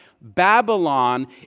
Babylon